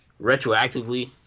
retroactively